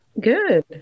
Good